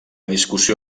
discussió